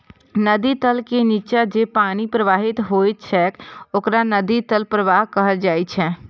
नदी तल के निच्चा जे पानि प्रवाहित होइत छैक ओकरा नदी तल प्रवाह कहल जाइ छै